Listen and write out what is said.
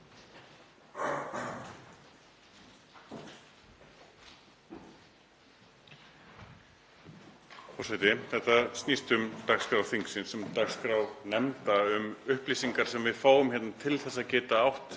Þetta snýst um dagskrá þingsins, um dagskrá nefnda, um upplýsingar sem við fáum hingað til að geta átt